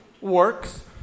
works